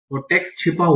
text छिपा हुआ है